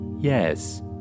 Yes